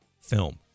film